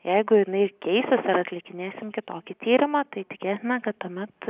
jeigu jinai keisis ar atlikinėsim kitokį tyrimą tai tikėtina kad tuomet